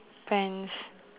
pants